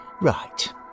Right